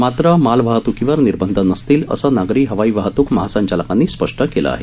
मात्र मालवाहत्कीवर निर्बंध नसतील असं नागरी हवाई वाहत्क महासंचालकांनी स्पष्ट केलं आहे